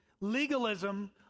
Legalism